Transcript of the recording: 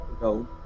go